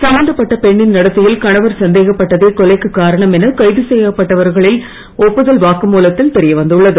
சம்பந்தப்பட்ட பெண்ணின் நடத்தையில் கணவர் சந்தேகப் பட்டதே கொலைக்குக் காரணம் என கைது செய்யப்பட்டவர்களின் ஒப்புதல் வாக்குழூலத்தில் தெரிய வந்துள்ளது